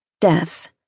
death